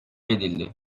edildi